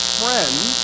friends